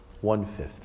one-fifth